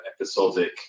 episodic